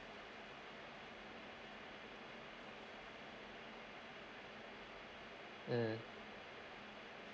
mm